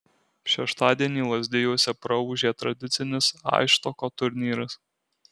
šeštadienį lazdijuose praūžė tradicinis aisštoko turnyras